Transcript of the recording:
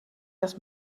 das